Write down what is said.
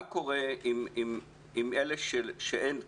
מה קורה עם אלה שאין כסף?